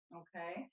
okay